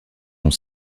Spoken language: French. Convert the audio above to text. sont